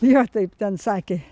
jo taip ten sakė